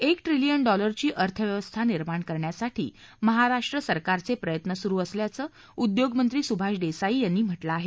एक ट्रिलियन डॉलरची अर्थव्यवस्था निर्माण करण्यासाठी महाराष्ट्र शासनाचे प्रयत्न सुरू असल्याचं उद्योगमंत्री सुभाष देसाई यांनी म्हटलं आहे